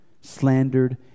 slandered